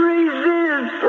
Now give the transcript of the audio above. Resist